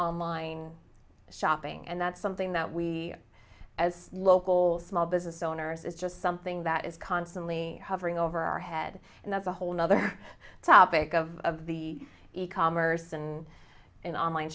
online shopping and that's something that we as local small business owners it's just something that is constantly hovering over our head and that's a whole nother topic of the e commerce and in online